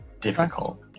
difficult